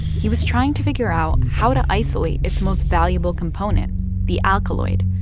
he was trying to figure out how to isolate its most valuable component the alkaloid,